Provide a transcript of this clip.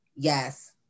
Yes